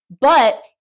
But-